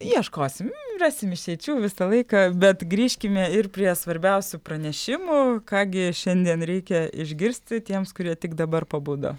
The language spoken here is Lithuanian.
ieškosim rasim išeičių visą laiką bet grįžkime ir prie svarbiausių pranešimų ką gi šiandien reikia išgirsti tiems kurie tik dabar pabudo